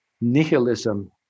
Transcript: nihilism